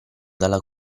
dalla